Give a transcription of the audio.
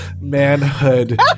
manhood